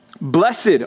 Blessed